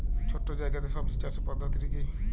ছোট্ট জায়গাতে সবজি চাষের পদ্ধতিটি কী?